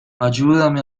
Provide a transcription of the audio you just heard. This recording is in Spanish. ayúdame